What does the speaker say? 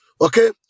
Okay